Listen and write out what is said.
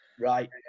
Right